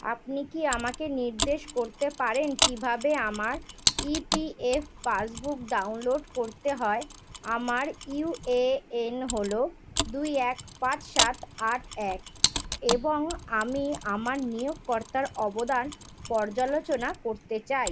আপনি কি আমাকে নির্দেশ করতে পারেন কীভাবে আমার E P F passbook download করতে হয় আমার ইউ এ এন হলো দুই এক পাঁচ সাত আট এক এবং আমি আমার নিয়োগকর্তার অবদান পর্যালোচনা করতে চাই